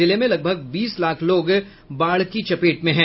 जिले में लगभग बीस लाख लोग बाढ़ की चपेट में हैं